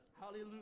Hallelujah